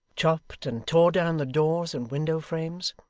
chopped and tore down the doors and window frames,